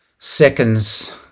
Seconds